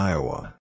Iowa